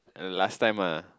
last time ah